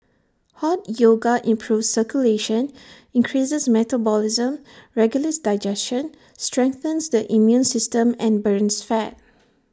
hot yoga improves circulation increases metabolism regulates digestion strengthens the immune system and burns fat